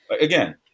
again